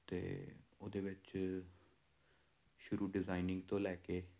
ਅਤੇ ਉਹਦੇ ਵਿੱਚ ਸ਼ੁਰੂ ਡਿਜ਼ਾਇਨਿੰਗ ਤੋਂ ਲੈ ਕੇ